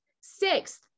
sixth